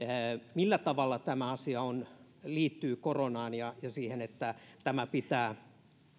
millä tavalla tämä asia liittyy koronaan ja ja siihen että tämä pitää